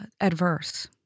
adverse